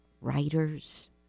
Writers